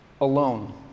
alone